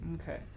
Okay